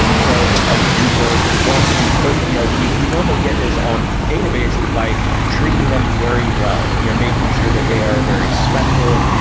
so a user who wants to put you know we we normally get this on databases by treating them very well, you know making sure that they are very special,